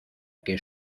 que